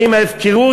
האם הפקרות,